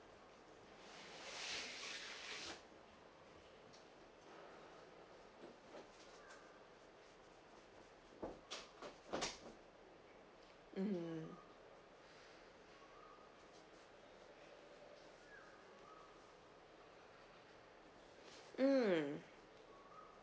mm mm